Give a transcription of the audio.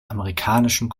amerikanischen